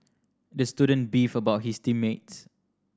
the student beefed about his team mates